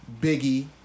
Biggie